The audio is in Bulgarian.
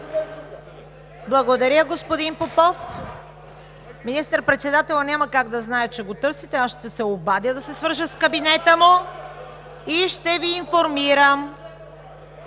Благодаря Ви, господин Попов. Министър-председателят няма как да знае, че го търсите. Аз ще се обадя, да се свържем с кабинета му и ще Ви информирам.